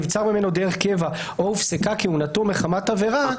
נבצר ממנו דרך קבע או הופסקה כהונתו מחמת עבירה.